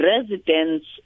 residents